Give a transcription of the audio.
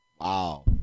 Wow